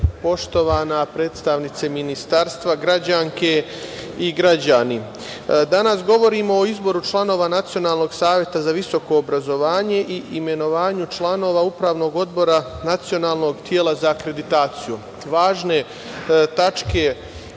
poštovana predstavnice Ministarstva, građanke i građani, danas govorimo o izboru članova Nacionalnog savet za visoko obrazovanje i imenovanju članova Upravnog odbora Nacionalnog tela za akreditaciju, važne tačke